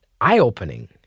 eye-opening